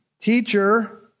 Teacher